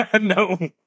No